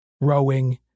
rowing